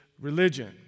Religion